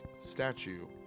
statue